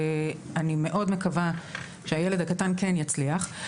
אני מאוד מקווה שהילד הקטן כן יצליח לצאת.